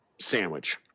sandwich